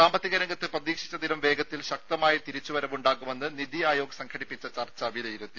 സാമ്പത്തിക രംഗത്ത് പ്രതീക്ഷിച്ചതിലും വേഗത്തിൽ ശക്തമായ തിരിച്ചുവരവുണ്ടാകുമെന്ന് നിതി ആയോഗ് സംഘടിപ്പിച്ച ചർച്ച വിലയിരുത്തി